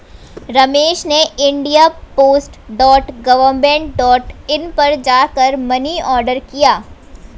रमेश ने India post dot government dot in पर जा कर मनी ऑर्डर किया